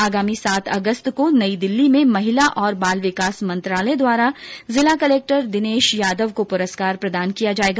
आगामी सात अगस्त को नई दिल्ली में महिला और बाल विकास मंत्रालय द्वारा जिला कलेक्टर दिनेश यादव को पुरस्कार प्रदान किया जायेगा